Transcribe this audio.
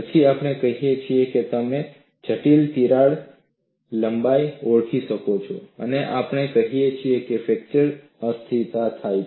પછી આપણે કહીએ છીએ કે તમે જટિલ તિરાડ લંબાઈ ઓળખી શકો છો અને આપણે કહીએ છીએ કે ફ્રેક્ચર અસ્થિરતા થાય છે